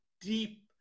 deep